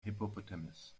hippopotamus